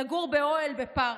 לגור באוהל בפארק,